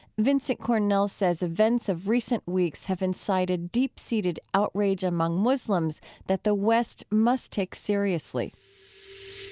vincent cornell says events of recent weeks have incited deep-seated outrage among muslims that the west must take seriously